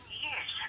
years